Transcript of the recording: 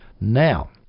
Now